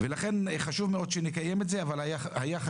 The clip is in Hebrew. לכן חשוב מאוד שנקיים את הדיון אבל היה חשוב